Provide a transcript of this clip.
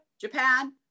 Japan